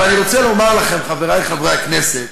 אבל אני רוצה לומר לכם, חברי חברי הכנסת,